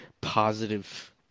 positive